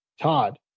Todd